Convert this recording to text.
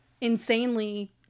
insanely